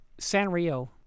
Sanrio